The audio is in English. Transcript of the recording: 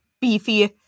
beefy